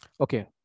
Okay